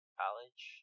college